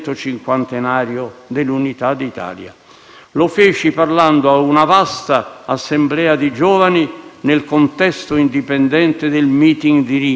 Mi impegnai lì in un discorso di ampia prospettiva, oltre i tradizionali steccati politici: occorre